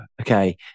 okay